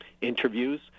interviews